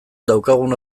daukagun